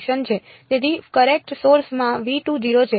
તેથી current source માં 0 છે